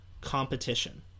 competition